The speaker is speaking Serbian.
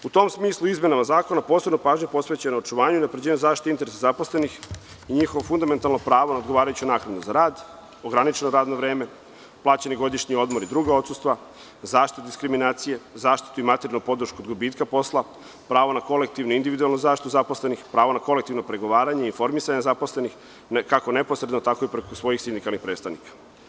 U tom smislu, izmenama zakona posebna pažnja je posvećana očuvanju i unapređenju zaštite interesa zaposlenih i njihovo fundamentalno pravo na odgovarajuću naknadu za rad, ograničeno radno vreme, plaćeni godišnji odmor i druga odsustva, zaštita od diskriminacije, zaštita i materijalna podrška od gubitka posla, pravo na kolektivnu i individualnu zaštitu zaposlenih, pravo na kolektivno pregovaranje i informisanje zaposlenih, kako neposredno, tako i preko svojih sindikalnih predstavnika.